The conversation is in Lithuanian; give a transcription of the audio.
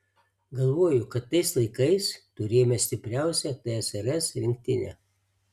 galvoju kad tais laikais turėjome stipriausią tsrs rinktinę